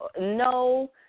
No